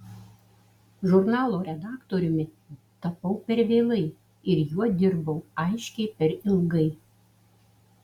žurnalo redaktoriumi tapau per vėlai ir juo dirbau aiškiai per ilgai